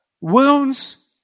wounds